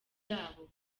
byabo